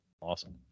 awesome